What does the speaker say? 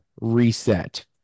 reset